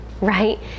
right